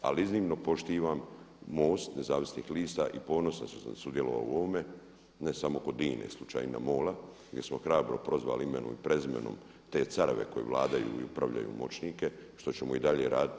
Ali iznimno poštivam MOST nezavisnih lista i ponosan sam što sam sudjelovao u ovome ne samo kod INA-e, slučaj INA MOL-a gdje smo hrabro prozvali imenom i prezimenom te careve koji vladaju i upravljaju močnike što ćemo i dalje raditi.